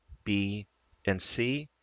b and c.